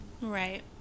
Right